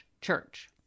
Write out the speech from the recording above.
church